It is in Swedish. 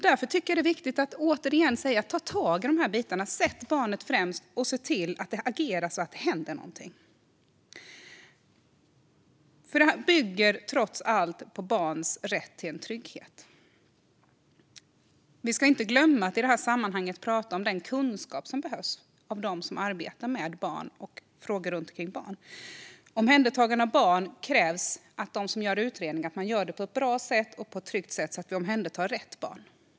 Därför tycker jag att det är viktigt att återigen säga: Ta tag i de här bitarna! Sätt barnet främst, och agera så att det händer något! Det här bygger trots allt på barns rätt till trygghet. Vi ska i detta sammanhang inte glömma att prata om den kunskap som behövs hos dem som arbetar med barn och frågor kring barn. Omhändertagande av barn kräver att de som gör utredningarna gör det på ett bra sätt och ett tryggt sätt så att rätt barn omhändertas.